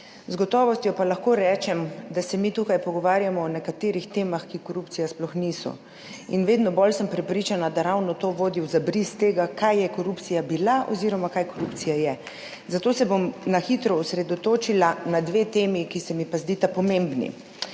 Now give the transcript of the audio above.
z gotovostjo pa lahko rečem, da se mi tukaj pogovarjamo o nekaterih temah, ki korupcije sploh niso in vedno bolj sem prepričana, da ravno to vodi v zabris tega, kaj je korupcija bila oziroma kaj korupcija je, zato se bom na hitro osredotočila na dve temi, ki se mi pa zdita pomembni.